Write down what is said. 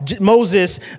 Moses